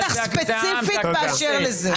אני שואלת אותך ספציפית באשר לזה.